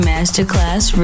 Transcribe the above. Masterclass